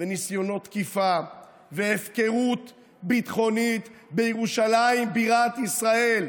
וניסיונות תקיפה והפקרות ביטחונית בירושלים בירת ישראל,